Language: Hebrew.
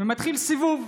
ומתחיל סיבוב.